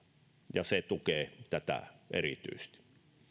ja se tukee tätä erityisesti